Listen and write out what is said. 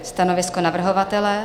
Stanovisko navrhovatele?